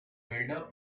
builder